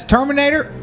Terminator